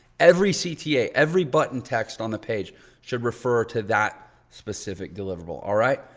every cta, every button text on the page should refer to that specific deliverable. all right?